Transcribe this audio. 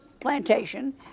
plantation